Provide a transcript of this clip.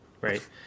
right